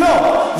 לא.